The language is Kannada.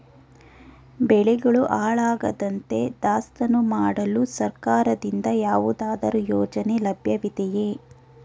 ಬೆಳೆಗಳು ಹಾಳಾಗದಂತೆ ದಾಸ್ತಾನು ಮಾಡಲು ಸರ್ಕಾರದಿಂದ ಯಾವುದಾದರು ಯೋಜನೆ ಲಭ್ಯವಿದೆಯೇ?